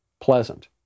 pleasant